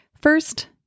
First